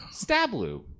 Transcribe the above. stablu